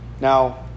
Now